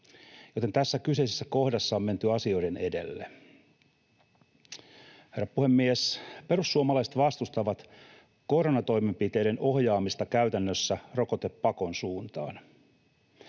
joten tässä kyseisessä kohdassa on menty asioiden edelle. Herra puhemies! Perussuomalaiset vastustavat koronatoimenpiteiden ohjaamista käytännössä rokotepakon suuntaan.